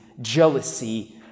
jealousy